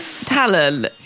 talent